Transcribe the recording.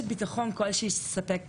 שאנחנו כארגון אעלאם,